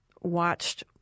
watched